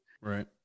right